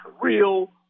real